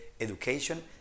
education